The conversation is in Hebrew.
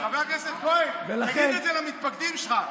חבר הכנסת כהן, תגיד את זה למתפקדים שלך.